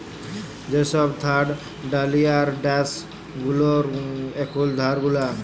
যে সব থার্ড ডালিয়ার ড্যাস গুলার এখুল ধার গুলা